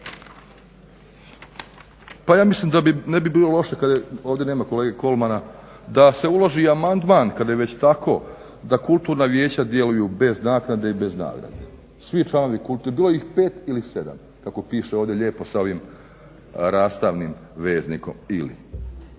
Pa ja mislim da ne bi bilo loše, ovdje nema kolege Kolmana, da se uloži i amandman kada je već tako, da kulturna vijeća djeluju bez naknade i bez nagrade. Svi članovi, bilo ih 5 ili 7, kako piše ovdje lijepo sa ovim rastavnim veznikom ili.